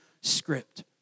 script